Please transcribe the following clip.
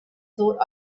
thought